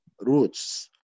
roots